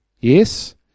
Yes